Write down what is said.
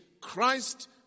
Christ